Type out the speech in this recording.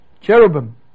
cherubim